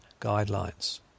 guidelines